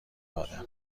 آدم